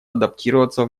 адаптироваться